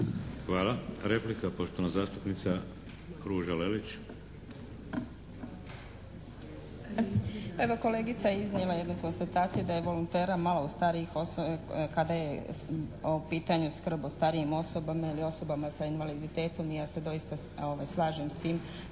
Hvala. Replika poštovana zastupnica Ruža Lelić. **Lelić, Ruža (HDZ)** Pa evo kolegica je iznijela jednu konstataciju da je volontera malo starijih … /Govornica se ne razumije./ … kada je u pitanju skrb o starijim osobama ili osobama sa invaliditetom i ja se doista slažem s tim.